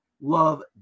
love